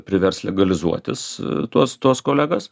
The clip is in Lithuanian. privers legalizuotis tuos tuos kolegas